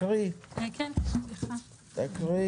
אחרי פסקאות 1 ו-2, תיקון